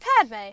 Padme